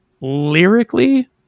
lyrically